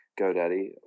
GoDaddy